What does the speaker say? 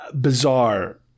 bizarre